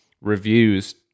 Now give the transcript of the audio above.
reviews